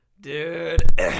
dude